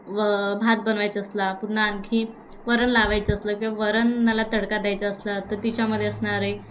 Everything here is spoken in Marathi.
व भात बनवायचं असला पुन्हा आणखी वरण लावायचं असलं किंवा वरणाला तडका द्यायचं असला तर तिच्यामध्ये असणारे